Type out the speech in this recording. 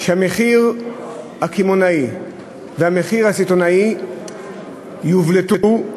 שהמחיר הקמעונאי והמחיר הסיטונאי יובלטו,